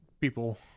people